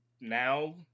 Now